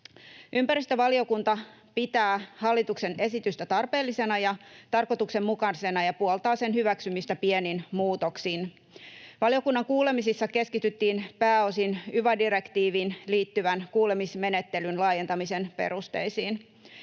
Ympäristövaliokunta pitää hallituksen esitystä tarpeellisena ja tarkoituksenmukaisena ja puoltaa sen hyväksymistä pienin muutoksin. Valiokunnan kuulemisissa keskityttiin pääosin yva-direktiiviin liittyvän kuulemismenettelyn laajentamisen perusteisiin.